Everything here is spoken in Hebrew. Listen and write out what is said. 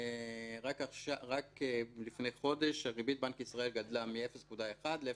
רק לפני חודש ריבית בנק ישראל עלתה מ-0.1% ל-0.25%.